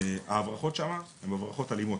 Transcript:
ההברחות שם הן הברחות אלימות.